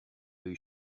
œil